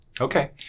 Okay